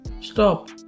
stop